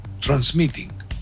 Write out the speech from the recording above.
transmitting